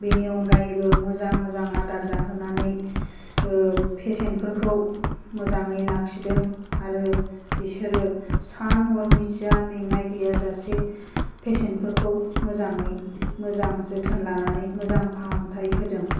बेनि अनगायैबो मोजां मोजां आदार जाहोनानै फेसेन फोरखौ मोजाङै लाखिदों आरो बिसोरो सान हर मिथिया मेंनायगैया जासे फेसेन फोरखौ मोजाङै मोजां जोथोन लानानै मोजां फाहामथाइ होदों